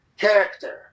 character